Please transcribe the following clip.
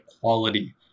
quality